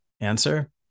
answer